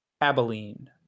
Abilene